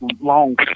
long